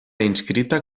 inscrita